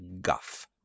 Guff